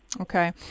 Okay